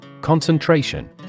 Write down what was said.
Concentration